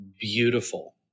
beautiful